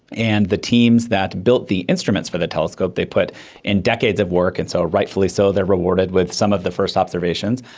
and the teams that built the instruments for the telescope, they put in decades of work, and so rightfully so they are rewarded with some of the first observations,